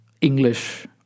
English